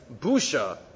busha